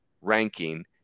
ranking